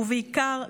ובעיקר,